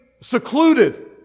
secluded